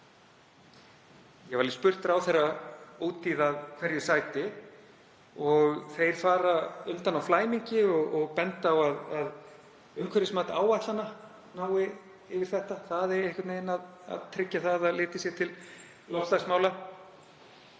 Ég hef spurt ráðherra út í hverju það sæti og þeir fara undan í flæmingi og benda á að umhverfismat áætlana nái yfir þetta, það eigi einhvern veginn að tryggja að litið sé til loftslagsmála.